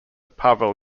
pavel